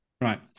Right